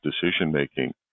decision-making